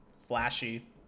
flashy